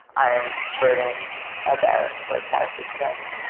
i am learning about like how to think about it.